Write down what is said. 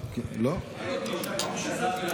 מה זה "זה לא דיון"?